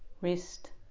wrist